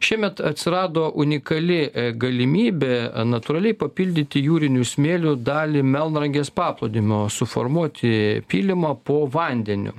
šiemet atsirado unikali galimybė natūraliai papildyti jūriniu smėliu dalį melnragės paplūdimio suformuoti pylimą po vandeniu